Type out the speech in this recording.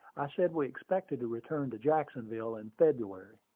i said we expected to return to jacksonville in february.